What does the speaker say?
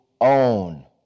own